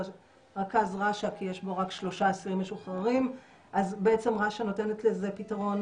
רכז רש"א כי יש בו רק שלושה אסירים משוחררים אז בעצם רש"א נותנת לזה פתרון